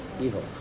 evil